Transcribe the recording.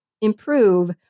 improve